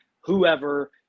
whoever